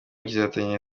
kizatangira